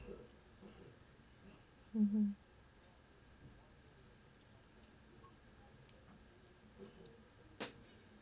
mmhmm